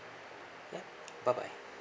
ya bye bye